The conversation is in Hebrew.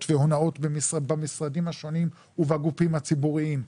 והונאות במשרדים השונים ובגופים הציבוריים.